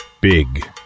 Big